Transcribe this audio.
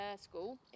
school